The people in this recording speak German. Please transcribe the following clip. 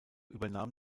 übernahm